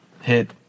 hit